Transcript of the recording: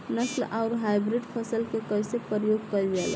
नस्ल आउर हाइब्रिड फसल के कइसे प्रयोग कइल जाला?